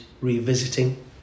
revisiting